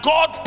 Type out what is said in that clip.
God